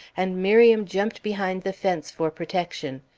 and miriam jumped behind the fence for protection.